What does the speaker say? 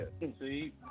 See